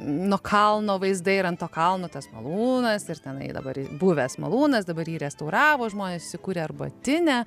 nuo kalno vaizdai ir ant to kalno tas malūnas ir tenai dabar buvęs malūnas dabar jį restauravo žmonės įsikūrė arbatinę